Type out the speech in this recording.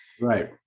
Right